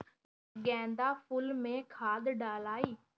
गेंदा फुल मे खाद डालाई?